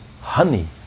Honey